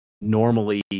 normally